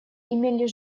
имели